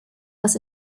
was